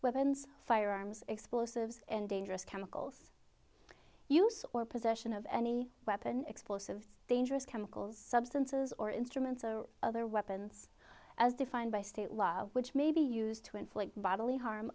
weapons firearms explosives and dangerous chemicals use or possession of any weapon explosive dangerous chemicals substances or instruments or other weapons as defined by state law which may be used to inflict bodily harm